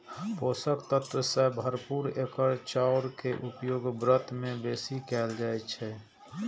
पोषक तत्व सं भरपूर एकर चाउर के उपयोग व्रत मे बेसी कैल जाइ छै